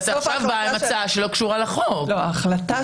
ההחלטה של הוועדה הייתה לתמוך,